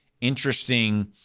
interesting